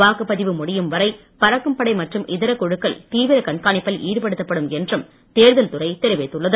வாக்குப்பதிவு முடியும் வரை பறக்கும்படை மற்றும் இதர குழுக்கள் தீவிர கண்காணிப்பில் ஈடுபடுத்தப்படும் என்றும் தேர்தல் துறை தெரிவித்துள்ளது